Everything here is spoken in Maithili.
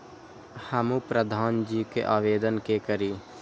हमू प्रधान जी के आवेदन के करी?